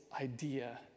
idea